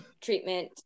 treatment